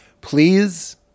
Please